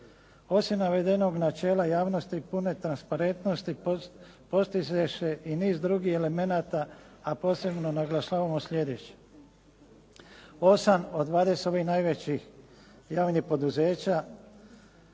Osim navedenog načela javnosti i pune transparentnosti postiže se i niz drugih elemenata a posebno naglašavamo slijedeće. Osam od dvadeset ovih najvećih javnih poduzeća